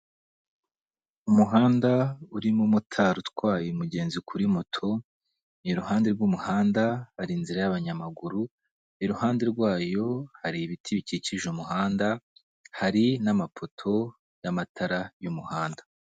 Umuhanda urimo motari utwaye umugenzi kuri moto, iruhande rw'umuhanda hari inzira y'abanyamaguru, iruhande rwayo hari ibiti bikikije umuhanda hari n'amapoto y'amatara y'umuhanda.